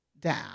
down